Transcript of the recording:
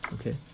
Okay